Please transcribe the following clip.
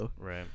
Right